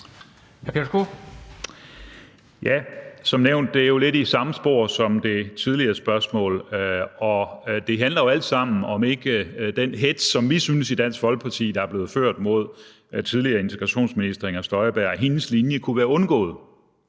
Ja, som nævnt er det jo lidt i samme spor som det tidligere spørgsmål. Det handler jo alt sammen om, om ikke den hetz, som vi i Dansk Folkeparti synes der er blevet ført mod tidligere integrationsminister Inger Støjberg og hendes linje, kunne være undgået,